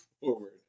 forward